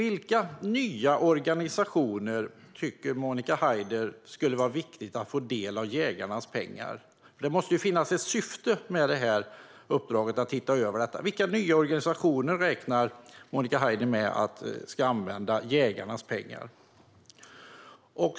Vilka nya organisationer menar Monica Haider borde få del av jägarnas pengar? Det måste ju finnas ett syfte med uppdraget att se över detta. Vilka nya organisationer räknar Monica Haider med ska använda jägarnas pengar?